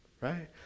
right